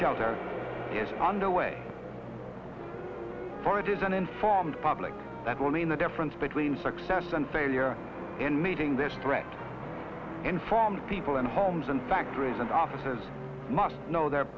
shelter is under way for it is an informed public that will mean the difference between success and failure in meeting this threat informed people in homes and factories and offices must know their